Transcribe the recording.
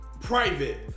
private